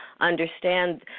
Understand